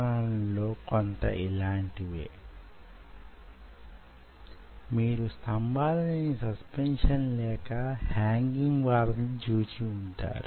మన సమస్య ఏమిటి దాని యే విధంగా మనం వివరించగలం నేను కండరాలు వుత్పత్తి చేసే శక్తిని అడుగడుగునా చర్చిస్తూ వస్తున్నాను